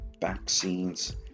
vaccines